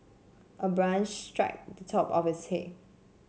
a branch struck the top of his head